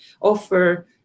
offer